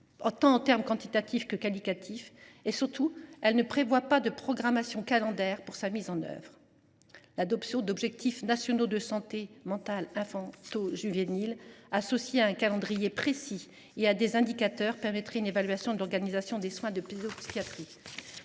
vue tant quantitatif que qualitatif ; surtout elle ne prévoit pas de programmation calendaire pour sa mise en œuvre. L’adoption d’objectifs nationaux de santé mentale infanto juvénile associés à un calendrier précis et à des indicateurs permettrait une évaluation de l’organisation des soins de pédopsychiatrie.